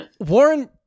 Warren